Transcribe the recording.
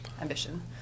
ambition